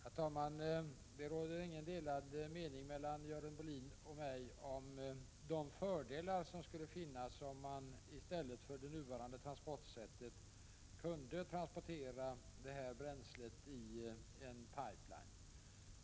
Herr talman! Görel Bohlin och jag har inga delade meningar om de fördelar som skulle vinnas om man i stället för det nuvarande transportsättet kunde transportera flygbränslet i en pipeline.